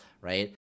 right